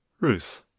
ruth